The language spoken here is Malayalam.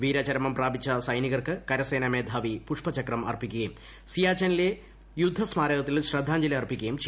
വീരചരമം പ്രാപിച്ച സൈനികർക്ക് കരസേനാ മേധാവി പുഷ്പചക്രം അർപ്പിക്കുകയും സിയാച്ചിനിലെ യുദ്ധസ്മാരകത്തിൽ ശ്രദ്ധാഞ്ജലി അർപ്പിക്കുകയും ചെയ്തു